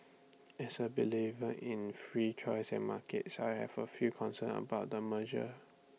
as A believer in free choice and markets I have A few concerns about the merger